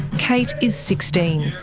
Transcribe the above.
kate is sixteen.